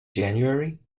january